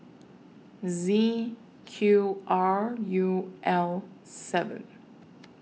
Z Q R U L seven